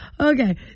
Okay